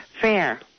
fair